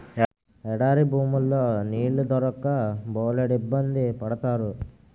ఎడారి భూముల్లో నీళ్లు దొరక్క బోలెడిబ్బంది పడతారు